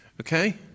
Okay